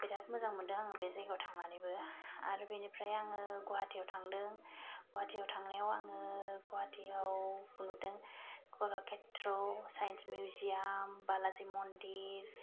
बिरात मोजां मोन्दों आङो बे जायगायाव थांनानैबो आरो बिनिफ्राय आङो गुवाहाटीआव थांदों गुवाहाटीआव थांनायाव आङो गुवाहाटीआव नुदों कलाक्षेत्र साइन्स मिउजियाम बालाजी मन्दिर